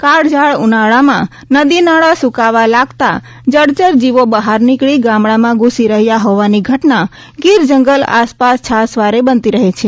કાળજાળ ઉનાળામાં નદીનાળા સુકાવા લાગતા જળચર જીવો બહાર નીકળી ગામડામાં ધુસી રહ્યા હોવાની ઘટના ગીરજંગલ આસપાસ છાસવારે બનતી રહે છે